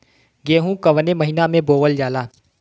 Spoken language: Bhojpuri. गेहूँ कवने महीना में बोवल जाला?